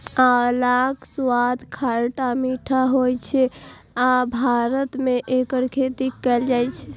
आंवलाक स्वाद खट्टा मीठा होइ छै आ भारत मे एकर खेती कैल जाइ छै